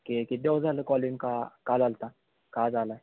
के किती दिवस झालं कॉलिंग का काल आला होता का आज आला आहे